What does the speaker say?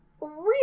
real